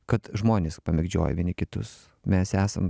kad žmonės pamėgdžioja vieni kitus mes esam